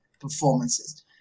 performances